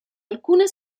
alcune